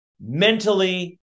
mentally